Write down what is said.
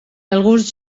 alguns